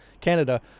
Canada